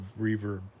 reverb